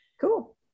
Cool